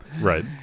right